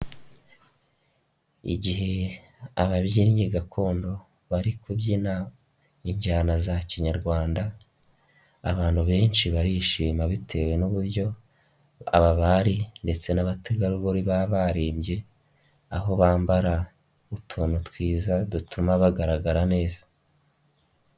Igihe ababyinnyi gakondo bari kubyina injyana za Kinyarwanda, abantu benshi barishima bitewe n'uburyo, aba bari ndetse n'abategarugori baba barimbye, aho bambara utuntu twiza dutuma bagaragara neza.